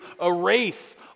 erase